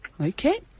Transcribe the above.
Okay